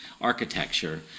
architecture